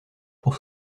pour